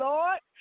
Lord